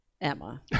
Emma